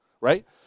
right